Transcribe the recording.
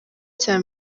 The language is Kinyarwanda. cya